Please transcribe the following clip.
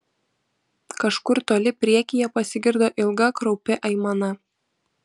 kažkur toli priekyje pasigirdo ilga kraupi aimana